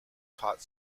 taught